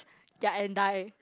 ya and die